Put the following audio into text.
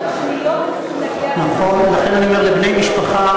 תוך שניות הם צריכים להגיע למרחב מוגן.